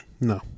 No